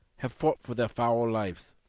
have fought for their foul lives.